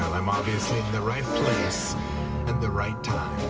i'm obviously in the right place and the right time.